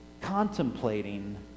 contemplating